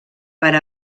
per